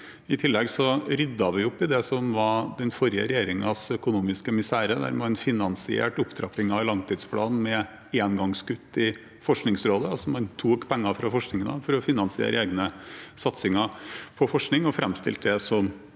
I tillegg ryddet vi opp i det som var den forrige regjeringens økonomiske misere, der man finansierte opptrappingen av langtidsplanen med engangskutt i Forskningsrådet. Man tok altså penger fra forskningen for å finansiere egne satsinger på forskning og framstilte det som